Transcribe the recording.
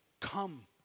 come